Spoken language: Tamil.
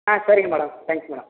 ஆ சரிங்க மேடம் தேங்க்ஸ் மேடம்